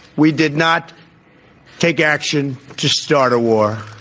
we did not take action to start a war.